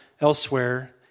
elsewhere